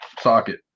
socket